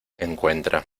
encuentra